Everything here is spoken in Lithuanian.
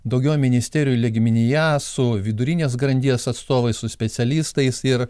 daugiau ministerijų lygmenyje su vidurinės grandies atstovais su specialistais ir